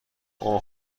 اوه